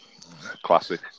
Classic